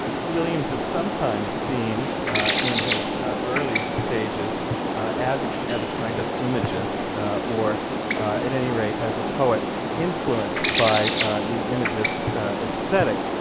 williams is sometimes seen in his early stages as ah as a kind of imagist or at any rate as a poet influenced by the imagist aesthetic.